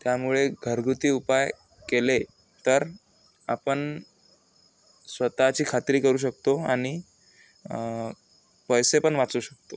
त्यामुळे घरगुती उपाय केले तर आपण स्वत ची खात्री करू शकतो आणि पैसे पण वाचवू शकतो